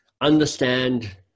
understand